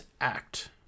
act